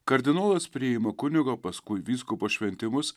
kardinolas priima kunigo paskui vyskupo šventimus